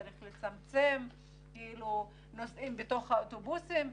צריך לצמצם נוסעים באוטובוסים,